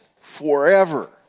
forever